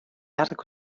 attic